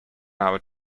hour